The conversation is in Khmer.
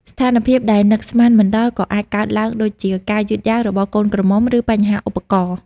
ស្ថានភាពដែលនឹកស្មានមិនដល់ក៏អាចកើតឡើងដូចជា ការយឺតយ៉ាវរបស់កូនក្រមុំ ឬបញ្ហាឧបករណ៍។